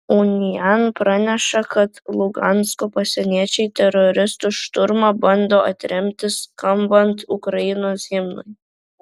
unian praneša kad lugansko pasieniečiai teroristų šturmą bando atremti skambant ukrainos himnui